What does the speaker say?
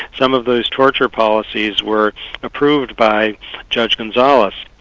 some of those torture policies were approved by judge gonzales.